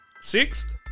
Sixth